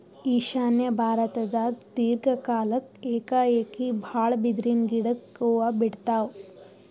ಈಶಾನ್ಯ ಭಾರತ್ದಾಗ್ ದೀರ್ಘ ಕಾಲ್ಕ್ ಏಕಾಏಕಿ ಭಾಳ್ ಬಿದಿರಿನ್ ಗಿಡಕ್ ಹೂವಾ ಬಿಡ್ತಾವ್